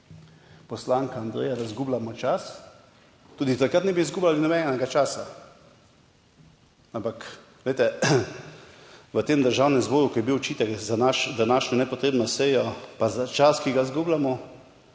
poslanka Andreja, da izgubljamo čas, tudi takrat ne bi izgubljali nobenega časa, ampak glejte, v tem Državnem zboru, ki je bil očitek za današnjo nepotrebno sejo, pa za čas, ki ga izgubljamo,